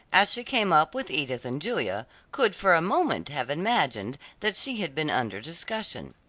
as she came up with edith and julia, could for a moment have imagined that she had been under discussion.